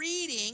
reading